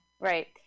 Right